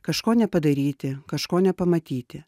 kažko nepadaryti kažko nepamatyti